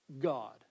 God